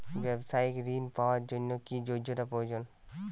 ব্যবসায়িক ঋণ পাওয়ার জন্যে কি যোগ্যতা প্রয়োজন?